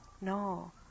No